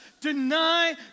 deny